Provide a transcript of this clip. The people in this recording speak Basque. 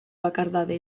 bakardade